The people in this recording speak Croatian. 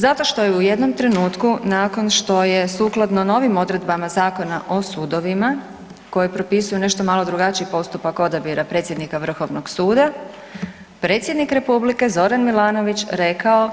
Zato što je u jednom trenutku nakon što je sukladno novim odredbama Zakona o sudovima koji propisuju nešto malo drugačiji postupak odabira predsjednika Vrhovnog suda predsjednik Republike Zoran Milanović rekao